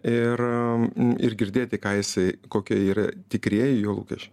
ir ir girdėti ką jisai kokie yra tikrieji jo lūkesčių